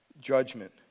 judgment